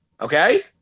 Okay